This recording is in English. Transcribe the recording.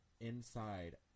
inside